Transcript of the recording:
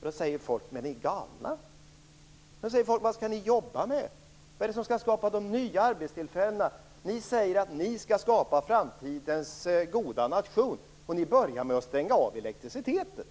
Då undrar folk om vi är galna. De undrar vad vi skall jobba med och vad det är som skall skapa de nya arbetstillfällena. Ni säger att ni skall skapa framtidens goda nation, och ni börjar med att stänga av elektriciteten.